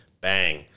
bang